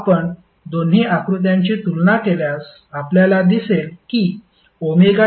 आपण दोन्ही आकृत्यांची तुलना केल्यास आपल्याला दिसेल की ωT2π